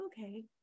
okay